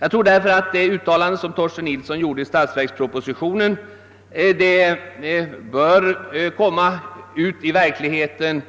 Därför menar jag att det uttalande som Torsten Nilsson gjorde i statsverkspropositionen bör omsättas i verkligheten.